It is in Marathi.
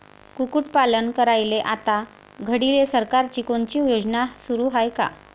कुक्कुटपालन करायले आता घडीले सरकारची कोनची योजना सुरू हाये का?